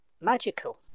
magical